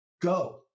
go